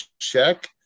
check